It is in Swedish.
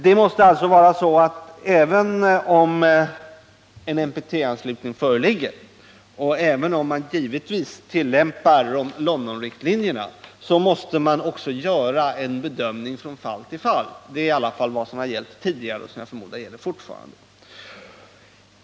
Det måste alltså tolkas så att även om en NPT-anslutning föreligger och även om Londonriktlinjerna tillämpas, så måste regeringen göra en bedömning från fall till fall. Det är vad som har gällt tidigare, och jag förmodar att det gäller fortfarande.